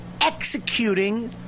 executing